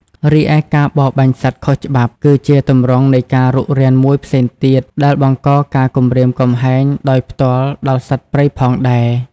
រីឯការបរបាញ់សត្វខុសច្បាប់ គឺជាទម្រង់នៃការរុករានមួយផ្សេងទៀតដែលបង្កការគំរាមកំហែងដោយផ្ទាល់ដល់សត្វព្រៃផងដែរ។